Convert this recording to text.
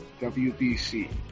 WBC